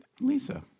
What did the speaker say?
Lisa